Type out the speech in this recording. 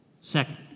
Second